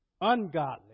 ungodly